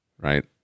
right